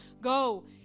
Go